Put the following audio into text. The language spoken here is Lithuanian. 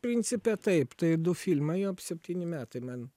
principe taip tai du filmai jau septyni metai man